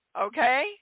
okay